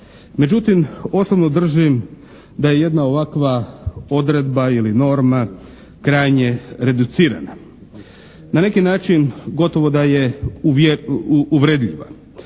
Međutim osobno držim da je jedna ovakva odredba ili norma krajnje reducirana, na neki način gotovo da je uvredljiva.